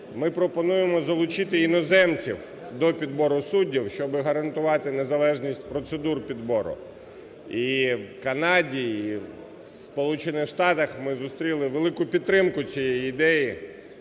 ми пропонуємо залучити іноземців до підбору суддів, щоб гарантувати незалежність процедур підбору. І в Канаді, і в Сполучених Штатах ми зустріли велику підтримку цієї ідеї,